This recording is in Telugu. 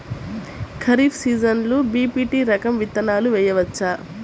ఖరీఫ్ సీజన్లో బి.పీ.టీ రకం విత్తనాలు వేయవచ్చా?